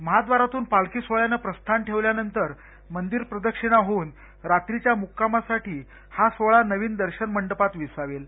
महाद्वारातून पालबी सोहळयानं प्रस्थान ठेवल्यानंतर मंदिर प्रदक्षिणा होऊन रात्रीच्या मुक्कामासाठी हा सोहळा नवीन दर्शनमंडपात विसावेल